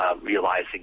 realizing